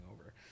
over